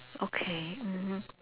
okay mmhmm